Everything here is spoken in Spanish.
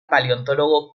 paleontólogo